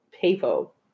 people